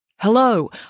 Hello